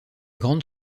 grande